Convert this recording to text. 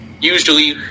usually